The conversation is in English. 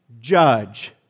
judge